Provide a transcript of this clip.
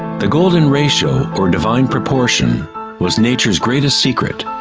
the golden ratio, or divine proportion was nature's greatest secret.